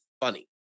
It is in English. funny